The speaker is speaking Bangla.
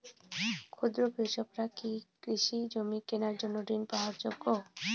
ক্ষুদ্র কৃষকরা কি কৃষি জমি কেনার জন্য ঋণ পাওয়ার যোগ্য?